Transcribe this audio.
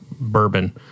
bourbon